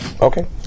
Okay